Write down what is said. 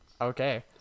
Okay